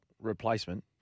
replacement